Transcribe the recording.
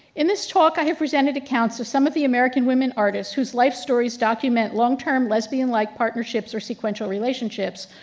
in this talk i have presented accounts of some of the american women artists whose life stories document long-term lesbian like partnerships or sequential relationships,